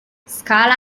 scala